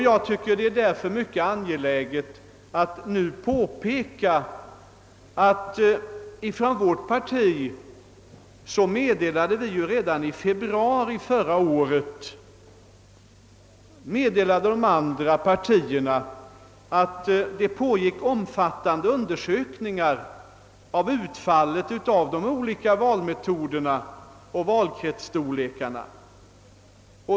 Jag tycker därför att det är mycket angeläget att nu erinra om att vi redan i februari förra året meddelade de andra partierna, att det pågick omfattande undersökningar beträffande utfallet av de olika valmetoderna och valkretsstorlekarna.